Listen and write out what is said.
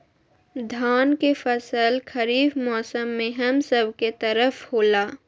धान के फसल खरीफ मौसम में हम सब के तरफ होला